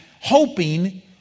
Hoping